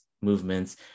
movements